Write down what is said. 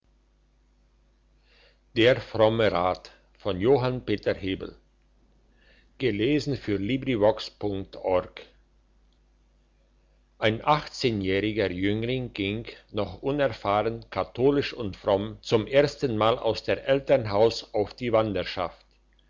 der fromme rat ein achtzehnjähriger jüngling ging noch unerfahren katholisch und fromm zum ersten mal aus der eltern haus auf die wanderschaft